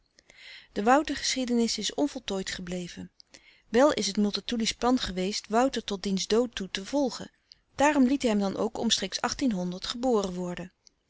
de woutergeschiedenis is onvoltooid gebleven wel is het multatuli's plan geweest wouter tot diens dood toe te volgen daarom liet hij hem dan ook omstreeks geboren worden